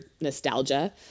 nostalgia